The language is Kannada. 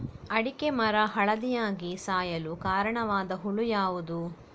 ಅಡಿಕೆ ಮರ ಹಳದಿಯಾಗಿ ಸಾಯಲು ಕಾರಣವಾದ ಹುಳು ಯಾವುದು?